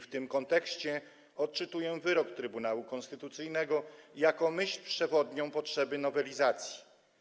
W tym kontekście odczytuję wyrok Trybunału Konstytucyjnego jako myśl przewodnią potrzeby nowelizacji.